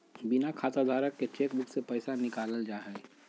बिना खाताधारक के चेकबुक से पैसा निकालल जा हइ